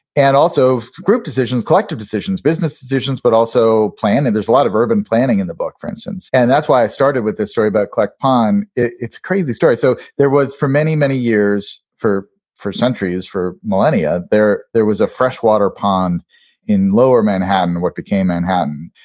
and also group decisions, collective decisions, business decisions but also planning. there's a lot of urban planning in the book for instance. and that's why i started with this story about collect pond. it's a crazy story. so there was for many many years, for for centuries, for millennia, there there was a fresh water pond in lower manhattan, what became manhattan,